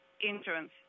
insurance